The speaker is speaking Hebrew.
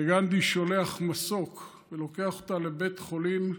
וגנדי שולח מסוק שלוקח אותה לבית החולים ללדת.